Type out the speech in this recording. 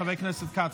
חבר הכנסת כץ,